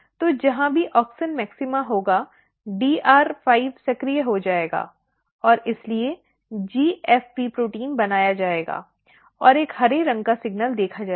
तो जहां भी ऑक्सिन मैक्सिमा होगा DR5 सक्रिय हो जाएगा और इसलिए GFP प्रोटीन बनाया जाएगा और एक हरे रंग का सिग्नल देखा जाएगा